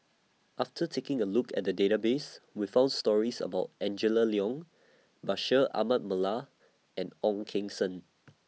after taking A Look At The Database We found stories about Angela Liong Bashir Ahmad Mallal and Ong Keng Sen